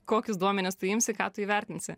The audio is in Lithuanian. kokius duomenis tu imsi ką tu įvertinsi